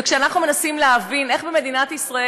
ואנחנו מנסים להבין איך במדינת ישראל,